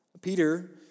Peter